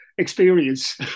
experience